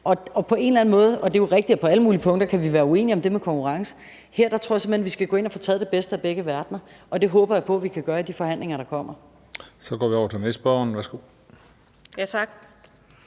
ting, der ikke er godt. Og det er jo rigtigt, at på alle mulige punkter kan vi være uenige om det med konkurrencen, men her tror jeg, at vi simpelt hen skal gå ind og få taget det bedste af begge verdener, og det håber jeg på vi kan gøre i de forhandlinger, der kommer. Kl. 14:09 Den fg. formand